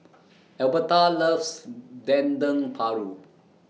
Albertha loves Dendeng Paru